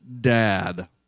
dad